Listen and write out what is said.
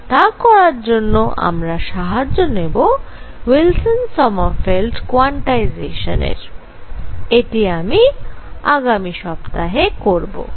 আর তা করার জন্য আমরা সাহায্য নেব উইলসন সমারফেল্ড কোয়ান্টাইজেশানের এটি আমরা আগামি সপ্তাহে করব